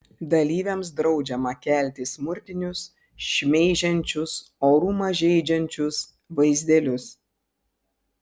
dalyviams draudžiama kelti smurtinius šmeižiančius orumą žeidžiančius vaizdelius